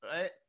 right